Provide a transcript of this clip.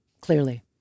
clearly